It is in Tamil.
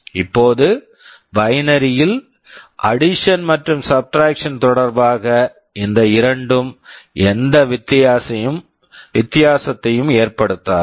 இப்போது பைனரி binary யில் அடிஷன் addition மற்றும் சப்ட்ராக்க்ஷன் subtraction தொடர்பாக இந்த இரண்டும் எந்த வித்தியாசத்தையும் ஏற்படுத்தாது